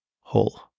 whole